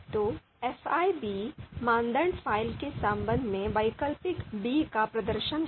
तो fi मानदंड phi के संबंध में alternative 'b का प्रदर्शन है